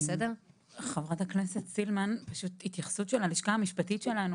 חברת הכנסת סילמן, התייחסות של הלשכה המשפטית שלנו